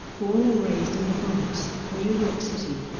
born and raised in the bronx, new york city,